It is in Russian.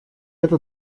это